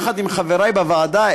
יחד עם חברי בוועדה,